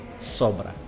sobra